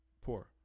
poor